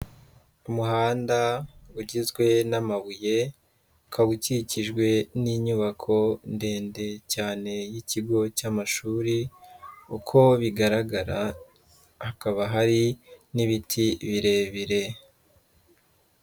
Umuhanda ugizwe n'amabuye ukaba ukikijwe n'inyubako ndende cyane y'ikigo cy'amashuri, uko bigaragara hakaba hari n'ibiti birebire.